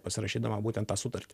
pasirašydama būtent tą sutartį